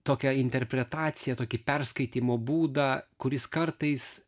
tokią interpretaciją tokį perskaitymo būdą kuris kartais